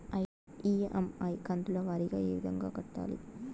EMI కంతుల వారీగా ఏ విధంగా కట్టాలి